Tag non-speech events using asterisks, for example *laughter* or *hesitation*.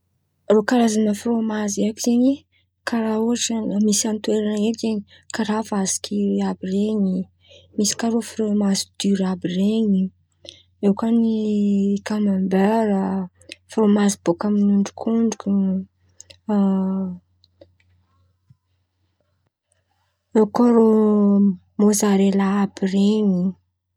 Rô karàzany frômazy haiko zen̈y karà ohatra: misy amin̈'ny toerana raiky zen̈y karà vasikiry àby ren̈y, misy karà frômazy diora àby ren̈y, eo kà ny kamômbera, frômazy bôkany ondrikondrika, *hesitation* mozarela àby ren̈y.